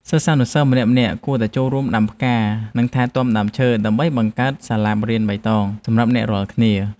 សិស្សានុសិស្សម្នាក់ៗគួរតែចូលរួមដាំផ្កានិងថែទាំដើមឈើ ដើម្បីបង្កើតសាលារៀនបៃតងសម្រាប់អ្នករាល់គ្នា។